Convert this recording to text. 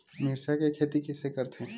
मिरचा के खेती कइसे करथे?